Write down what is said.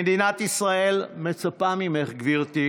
מדינת ישראל מצפה ממך, גברתי,